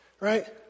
right